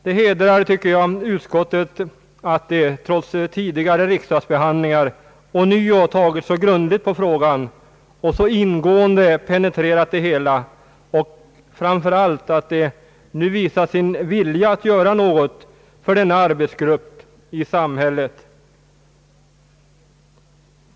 Jag tycker att det hedrar utskottet att det trots tidigare riksdagsbehandlingar ånyo tagit så grundligt på frågan och så ingående penetrerat det hela, framför allt att det nu visat sin vilja att göra något för denna arbetsgrupp.